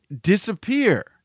disappear